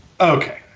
okay